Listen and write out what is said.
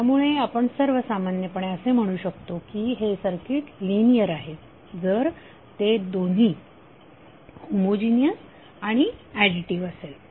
त्यामुळे आपण सर्व सामान्यपणे असे म्हणू शकतो की हे सर्किट लिनियर आहे जर ते दोन्ही होमोजिनीअस आणि ऍडीटीव्ह असेल